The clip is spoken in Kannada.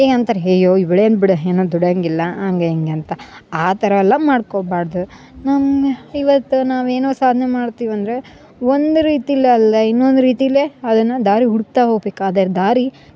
ಏನ್ ಅಂತಾರ ಇವ್ಳೇನು ಬಿಡು ಏನ ದುಡಿಯಂಗಿಲ್ಲ ಹಂಗೆ ಹಿಂಗೆ ಅಂತ ಆ ಥರ ಅಲ ಮಾಡ್ಕೊಬಾಡ್ದು ನಮಗೆ ಇವತ್ತು ನಾವು ಏನೋ ಸಾಧ್ನೆ ಮಾಡ್ತೀವಿ ಅಂದರೆ ಒಂದು ರೀತಿಲಿ ಅಲ್ಲ ಇನ್ನೊಂದು ರೀತೀಲೆ ಅದನ್ನ ದಾರಿ ಹುಡ್ಕ್ತಾ ಹೋಗ್ಬೇಕಾದರೆ ದಾರಿ